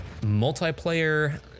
multiplayer